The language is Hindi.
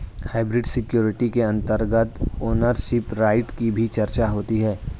हाइब्रिड सिक्योरिटी के अंतर्गत ओनरशिप राइट की भी चर्चा होती है